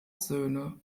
söhne